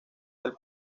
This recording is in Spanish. del